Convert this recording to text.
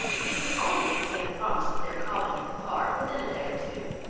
he could only obtain a promise of their calling at the park within a day or two,